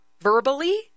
verbally